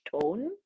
tone